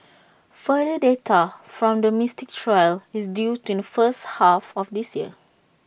further data from the Mystic trial is due in the first half of this year